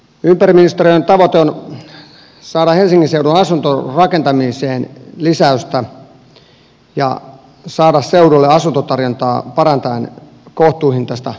ympäristöministeriön tavoite on saada helsingin seudun asuntorakentamiseen lisäystä ja saada seudulle asuntotarjontaa parantaen kohtuuhintaista asuntotuotantoa